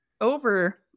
over